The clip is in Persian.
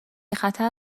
خطر